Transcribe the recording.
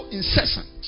incessant